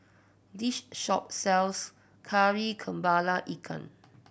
this shop sells Kari Kepala Ikan